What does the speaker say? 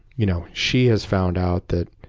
you know she has found out that